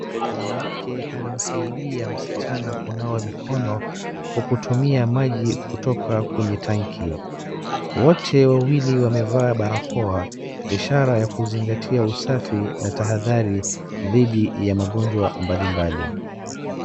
Mwanamke anamsaidia msichana kunawa mikono kwa kutumia maji kutoka kwenye tanki. Wote wawili wamevaa barakoa ishara ya kuzingatia usafi na tahadhari dhidi ya magonjwa mbalimbali.